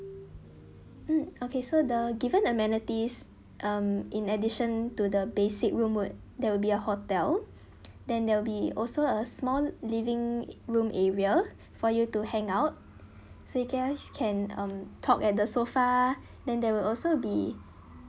mm okay so the given amenities um in addition to the basic room would there will be a hotel then there will be also a small living room area for you to hang out so you guys can um talk at the sofa then there will also be